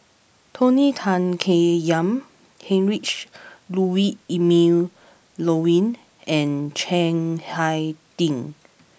Tony Tan Keng Yam Heinrich Ludwig Emil Luering and Chiang Hai Ding